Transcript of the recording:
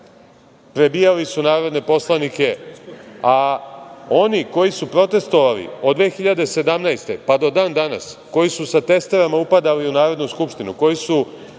prebijali su narodne poslanike, a oni koji su protestvovali od 2017. godine pa do dan danas, koji sa testerama upadali u Narodnu skupštinu, koji su